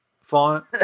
font